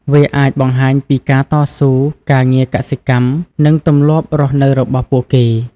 វាអាចបង្ហាញពីការតស៊ូ ការងារកសិកម្ម និងទម្លាប់រស់នៅរបស់ពួកគេ។